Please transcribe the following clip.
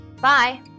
Bye